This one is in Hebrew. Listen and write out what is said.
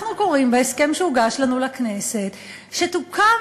אנחנו קוראים בהסכם שהוגש לנו לכנסת שתוקם